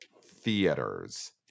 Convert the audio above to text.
theaters